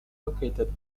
located